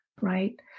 right